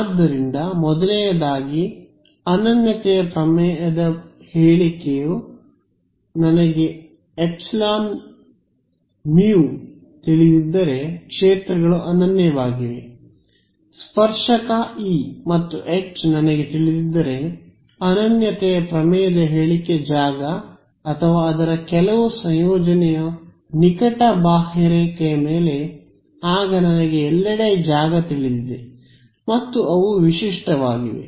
ಆದ್ದರಿಂದ ಮೊದಲನೆಯದಾಗಿ ಅನನ್ಯತೆಯ ಪ್ರಮೇಯದ ಹೇಳಿಕೆಯು ನನಗೆ ಎಪ್ಸಿಲಾನ್ ಮು ತಿಳಿದಿದ್ದರೆ ಕ್ಷೇತ್ರಗಳು ಅನನ್ಯವಾಗಿವೆ ಸ್ಪರ್ಶಕ ಇ ಮತ್ತು ಎಚ್ ನನಗೆ ತಿಳಿದಿದ್ದರೆ ಅನನ್ಯತೆಯ ಪ್ರಮೇಯದ ಹೇಳಿಕೆ ಜಾಗ ಅಥವಾ ಅದರ ಕೆಲವು ಸಂಯೋಜನೆಯು ನಿಕಟ ಬಾಹ್ಯರೇಖೆಯ ಮೇಲೆ ಆಗ ನನಗೆ ಎಲ್ಲೆಡೆ ಜಾಗ ತಿಳಿದಿದೆ ಮತ್ತು ಅವು ವಿಶಿಷ್ಟವಾಗಿವೆ